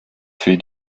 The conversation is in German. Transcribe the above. für